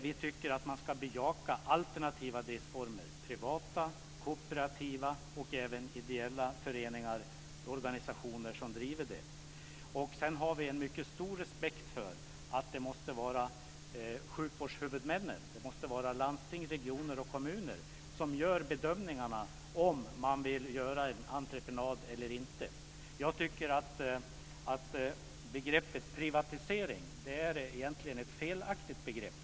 Vi tycker att man ska bejaka alternativa driftsformer, privata och kooperativa, och även vård som drivs av ideella föreningar och organisationer. Vi har mycket stor respekt för att det måste vara sjukvårdshuvudmännen - landsting, regioner och kommuner - som ska bedöma om man vill göra en entreprenad eller inte. Jag tycker att begreppet "privatisering" egentligen är felaktigt.